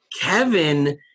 Kevin